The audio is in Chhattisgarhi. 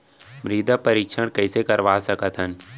मृदा परीक्षण कइसे करवा सकत हन?